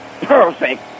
perfect